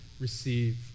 receive